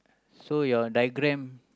so your diagram